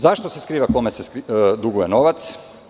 Zašto se skriva kome se duguje novac?